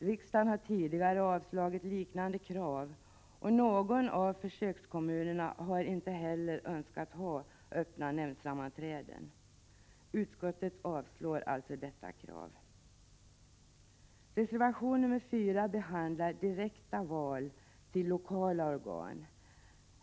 Riksdagen har tidigare avslagit liknande krav, och ingen av försökskommunerna har heller önskat ha öppna nämndsammanträden. Utskottet avstyrker alltså detta krav. Reservation nr 4 behandlar direkta val till lokala organ.